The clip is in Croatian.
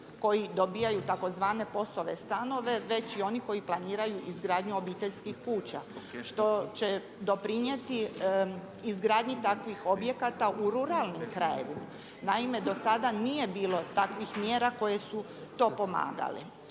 koji dobivaju tzv. POS-ove stanove već i oni koji planiraju izgradnju obiteljskih kuća. To će doprinijeti izgradnji takvih objekata u ruralnim krajevima. Naime, dosada nije bilo takvih mjera koje su to pomagale.